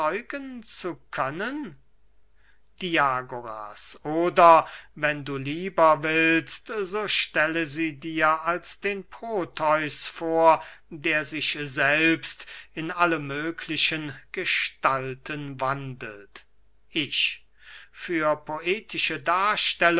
zu können diagoras oder wenn du lieber willst so stelle sie dir als den proteus vor der sich selbst in alle mögliche gestalten wandelt ich für poetische